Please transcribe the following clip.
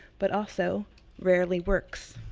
but also rarely works.